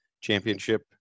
championship